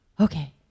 okay